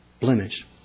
blemish